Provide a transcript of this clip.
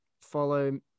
follow